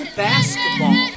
basketball